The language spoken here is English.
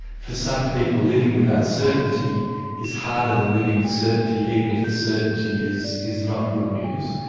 for some people, living with uncertainty is harder than living with certainty, even if the certainty is is not good news.